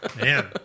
man